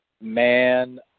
Man